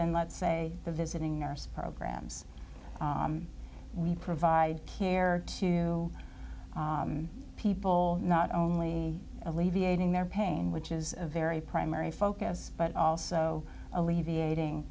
than let's say the visiting nurse programs we provide care to people not only alleviating their pain which is a very primary focus but also alleviating